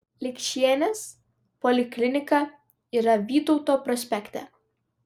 likšienės poliklinika yra vytauto prospekte